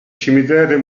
cimitero